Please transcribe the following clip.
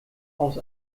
aus